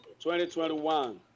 2021